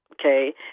okay